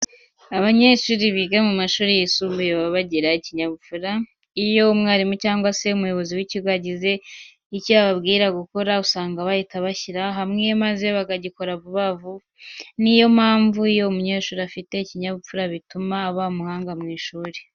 Abanyeshuri biga mu mashuri yisumbuye baba bagira ikinyabupfura. Iyo umwarimu cyangwa se umuyobozi w'ikigo agize icyo ababwira gukora, usanga bahita bashyira hamwe maze bakagikora vuba vuba. Niyo mpamvu iyo umunyeshuri afite ikinyabupfura bituma aba umuhanga mu ishuri.